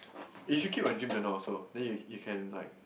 if she keep the dream journal also then you you can like